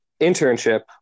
internship